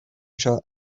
anseo